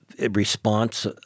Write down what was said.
response